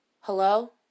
Hello